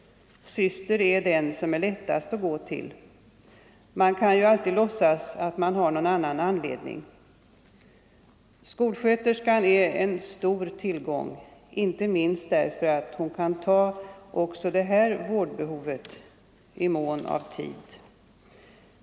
Syster är den som är lättast att gå till. Man kan ju låtsas att man har någon annan anledning. Skolsköterskan är en stor tillgång, inte minst därför att hon kan klara också det här vårdbehovet i mån av tid.